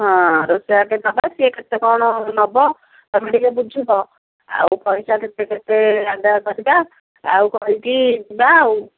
ହଁ ରୋଷେଇଆଟେ ନେବା ସିଏ କେତେ କ'ଣ ନେବ ତୁମେ ଟିକିଏ ବୁଝିବ ଆଉ ପଇସା କେତେ କେତେ ଆଦାୟ କରିବା ଆଉ କରିକି ଯିବା ଆଉ